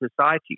society